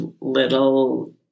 little